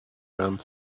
around